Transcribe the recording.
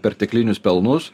perteklinius pelnus